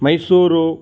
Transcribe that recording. Mysuru